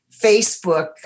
Facebook